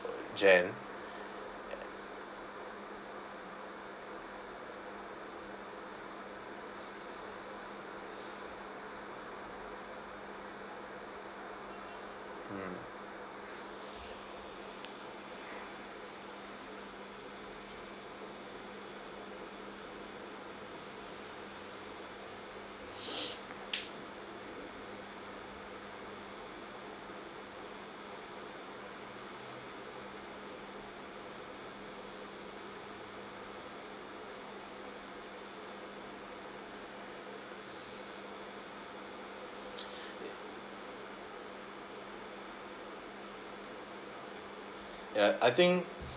gen mm ya I think